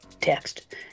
text